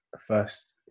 first